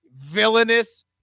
villainous